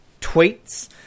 Tweets